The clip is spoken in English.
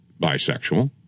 bisexual